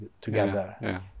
together